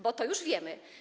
Bo to już wiemy.